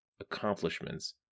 accomplishments